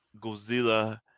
Godzilla